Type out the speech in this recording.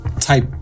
type